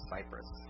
Cyprus